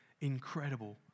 incredible